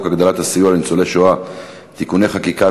הגדלת הסיוע לניצולי שואה (תיקוני חקיקה),